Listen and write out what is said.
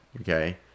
Okay